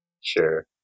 Sure